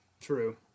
True